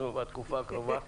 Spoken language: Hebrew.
בתקופה הקרובה.